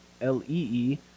l-e-e